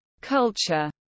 culture